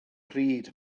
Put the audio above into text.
pryd